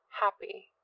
happy